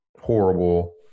horrible